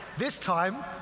this time,